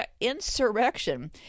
insurrection